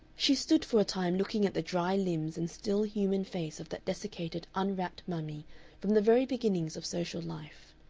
she stood for a time looking at the dry limbs and still human face of that desiccated unwrapped mummy from the very beginnings of social life.